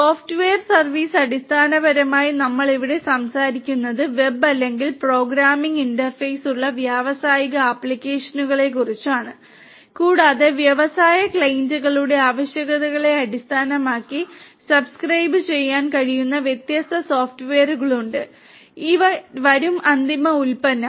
software service അടിസ്ഥാനപരമായി നമ്മൾ ഇവിടെ സംസാരിക്കുന്നത് വെബ് അല്ലെങ്കിൽ പ്രോഗ്രാമിംഗ് ഇന്റർഫേസുള്ള വ്യാവസായിക ആപ്ലിക്കേഷനുകളെക്കുറിച്ചാണ് കൂടാതെ വ്യവസായ ക്ലയന്റുകളുടെ ആവശ്യകതകളെ അടിസ്ഥാനമാക്കി സബ്സ്ക്രൈബുചെയ്യാൻ കഴിയുന്ന വ്യത്യസ്ത സോഫ്റ്റ്വെയറുകളുണ്ട് ഇവ വരും അന്തിമ ഉൽപ്പന്നം